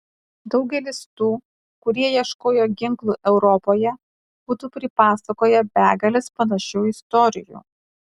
daugelis tų kurie ieškojo ginklų europoje būtų pripasakoję begales panašių istorijų